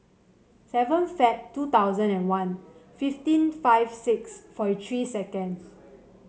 seven Feb two thousand and one fifteen five six forty three seconds